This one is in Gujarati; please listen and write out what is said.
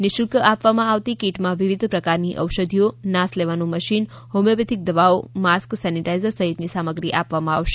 નિઃશુલ્ક આપવામાં આવતી કિટમાં વિવિધ પ્રકારની ઔષધિઓ નાસ લેવાનું મશીન હોમિયોપેથિક દવાઓ માસ્ક સેનેટાઇઝર સામગ્રી આપવામાં આવશે